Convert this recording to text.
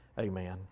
Amen